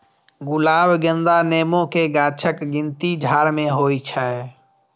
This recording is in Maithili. गुलाब, गेंदा, नेबो के गाछक गिनती झाड़ मे होइ छै